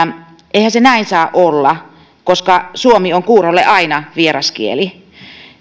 eihän se näin saa olla koska suomi on kuurolle aina vieras kieli